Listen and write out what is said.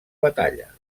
batalla